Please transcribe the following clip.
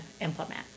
implement